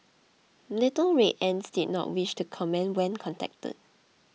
Little Red Ants did not wish to comment when contacted